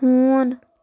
ہوٗن